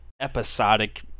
episodic